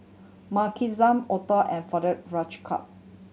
Makenzie Otho and Fredericka